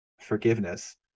forgiveness